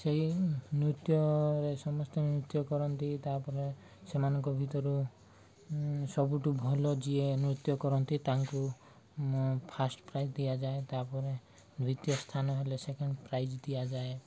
ସେଇ ନୃତ୍ୟରେ ସମସ୍ତେ ନୃତ୍ୟ କରନ୍ତି ତାପରେ ସେମାନଙ୍କ ଭିତରୁ ସବୁଠୁ ଭଲ ଯିଏ ନୃତ୍ୟ କରନ୍ତି ତାଙ୍କୁ ଫାର୍ଷ୍ଟ ପ୍ରାଇଜ୍ ଦିଆଯାଏ ତାପରେ ଦ୍ଵିତୀୟ ସ୍ଥାନ ହେଲେ ସେକେଣ୍ଡ ପ୍ରାଇଜ୍ ଦିଆଯାଏ